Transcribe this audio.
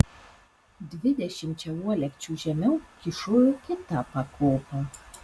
dvidešimčia uolekčių žemiau kyšojo kita pakopa